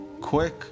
quick